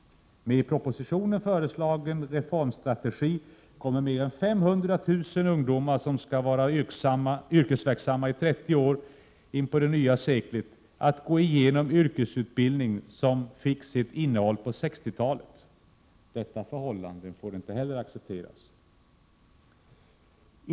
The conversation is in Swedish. Med i propositionen föreslagen reformstrategi kommer mer än 500 000 ungdomar, som skall vara yrkesverksamma i 30 år in på det nya seklet, att gå igenom yrkesutbildning som fick sitt innehåll på 60-talet. Detta förhållande får inte heller accepteras.